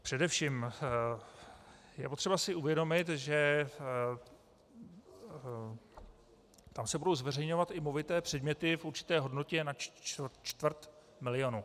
Především je potřeba si uvědomit, že se tam budou zveřejňovat i movité předměty v určité hodnotě, nad čtvrt milionu.